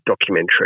documentary